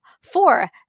Four